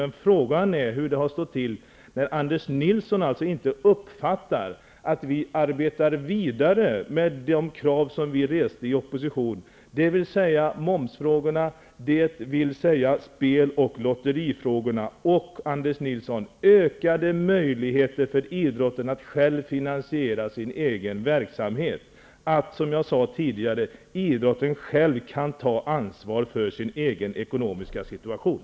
Men frågan är hur det har stått till när Anders Nilsson inte uppfattar att vi arbetar vidare med de krav som vi reste i opposition, dvs. i fråga om moms, spel och lotteri och, Anders Nilsson, ökade möjligheter för idrotten att själv finansiera sin egen verksamhet -- att, som jag sade tidigare, idrotten själv kan ta ansvar för sin egen ekonomiska situation.